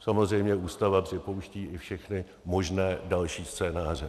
Samozřejmě, Ústava připouští i všechny možné další scénáře.